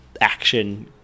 action